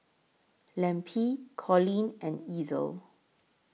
Lempi Colleen and Ezell